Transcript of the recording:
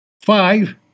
five